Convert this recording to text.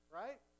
right